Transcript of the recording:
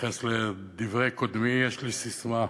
התייחס לדברי קודמי, יש לי ססמה: